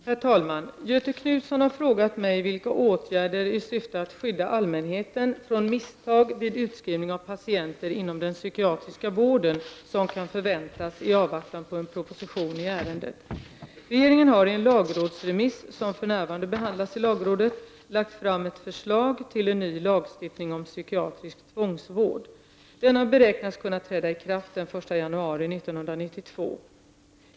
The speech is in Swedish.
Herr talman! Göthe Knutson har frågat mig vilka åtgärder i syfte att skydda allmänheten från misstag vid utskrivning av patienter inom den psykiatriska vården som kan förväntas i avvaktan på en proposition i ärendet. Regeringen har i en lagrådsremiss, som för närvarande behandlas i lagrådet, lagt fram ett förslag till en ny lagstiftning om psykiatrisk tvångsvård. Denna beräknas kunna träda i kraft den 1 januari 1992.